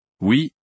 Oui